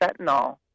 fentanyl